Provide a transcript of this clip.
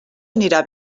anirà